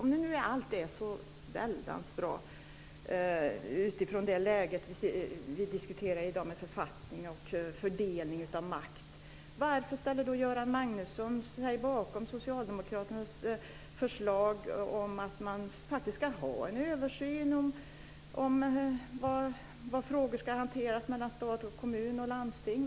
Om nu allt är så väldans bra utifrån det läge som vi diskuterar i dag med författning och fördelning av makt - varför ställer då Göran Magnusson sig bakom Socialdemokraternas förslag om att man ska ha en översyn om var frågor ska hanteras mellan stat, kommun och landsting?